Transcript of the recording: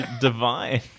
divine